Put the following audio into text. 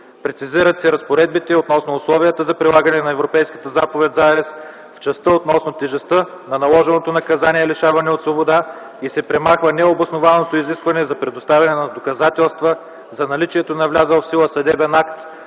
Прецизират се разпоредбите и относно условията за прилагане на Европейската заповед за арест в частта относно тежестта на наложеното наказание лишаване от свобода и се премахва необоснованото изискване за предоставяне на доказателства за наличието на влязъл в сила съдебен акт,